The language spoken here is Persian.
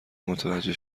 متوجه